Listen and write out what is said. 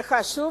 זה חשוב.